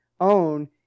own